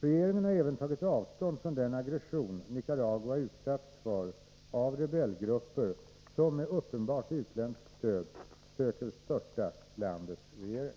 Regeringen har även tagit avstånd från den aggression Nicaragua utsatts för av rebellgrupper som med uppenbart utländskt stöd försöker störta landets regering.